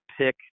pick